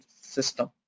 system